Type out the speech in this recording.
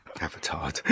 Avatar